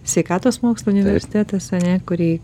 sveikatos mokslų universitetas ar ne kurį